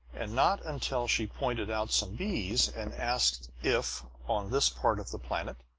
and not until she pointed out some bees and asked if, on this part of the planet,